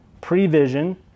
Prevision